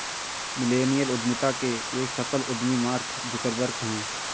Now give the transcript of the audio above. millennial उद्यमिता के एक सफल उद्यमी मार्क जुकरबर्ग हैं